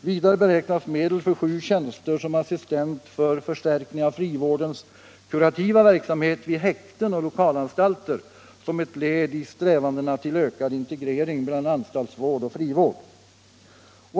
Vidare beräknas medel för 7 tjänster som assistent för förstärkning av frivårdens kurativa verksamhet vid häkten och lokalanstalter som ett led i strävandena till ökad integrering mellan anstaltsvård och frivård.